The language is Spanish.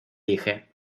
dije